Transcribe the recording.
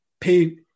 pay